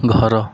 ଘର